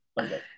okay